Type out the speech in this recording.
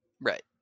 Right